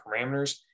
parameters